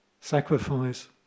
sacrifice